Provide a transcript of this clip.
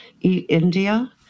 India